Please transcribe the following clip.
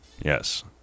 Yes